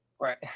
Right